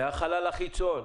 מהחלל החיצון,